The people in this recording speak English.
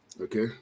Okay